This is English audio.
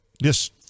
Yes